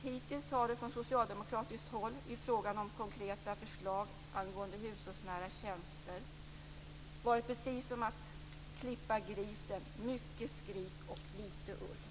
Hittills har det från socialdemokratiskt håll i fråga om konkreta förslag angående hushållsnära tjänster varit precis som att klippa grisen, dvs. mycket skrik och lite ull.